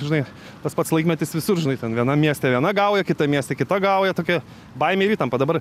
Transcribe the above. žinai tas pats laikmetis visur žinai ten vienam mieste viena gauja kitam mieste kita gauja tokia baimė ir įtampa dabar